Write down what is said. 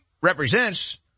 represents